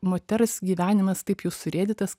moters gyvenimas taip jau surėdytas